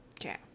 okay